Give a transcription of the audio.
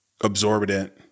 absorbent